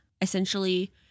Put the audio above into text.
essentially